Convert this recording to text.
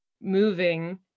moving